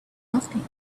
nothing